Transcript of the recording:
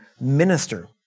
minister